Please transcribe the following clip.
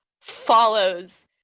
follows